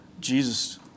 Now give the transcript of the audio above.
Jesus